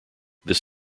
this